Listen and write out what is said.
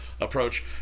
approach